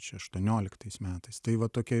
čia aštuonioliktais metais tai va tokie